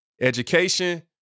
Education